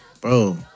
bro